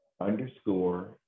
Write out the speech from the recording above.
underscore